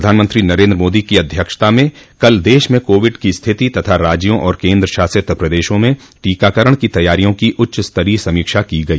प्रधानमंत्री नरेन्द्र मोदी की अध्यक्षता में कल देश में कोविड की स्थिति तथा राज्यों और केन्द्रशासित प्रदेशों में टीकाकरण की तैयारियों की उच्च स्तरीय समीक्षा की गई